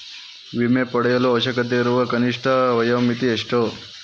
ವಿಮೆ ಪಡೆಯಲು ಅವಶ್ಯಕತೆಯಿರುವ ಕನಿಷ್ಠ ವಯೋಮಿತಿ ಎಷ್ಟು?